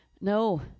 no